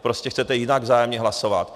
Prostě chcete jinak vzájemně hlasovat.